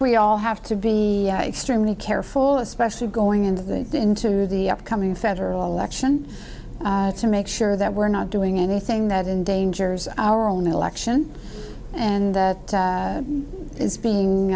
we all have to be extremely careful especially going into that into the upcoming federal election to make sure that we're not doing anything that endangers our own election and that is being